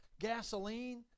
gasoline